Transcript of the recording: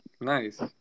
nice